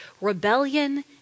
rebellion